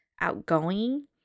outgoing